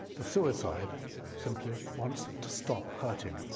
the suicide simply wants to stop hurting.